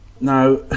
Now